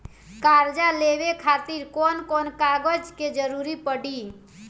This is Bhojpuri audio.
कर्जा लेवे खातिर कौन कौन कागज के जरूरी पड़ी?